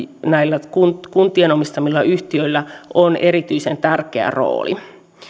näillä kuntien kuntien omistamilla yhtiöillä on erityisen tärkeä rooli